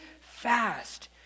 fast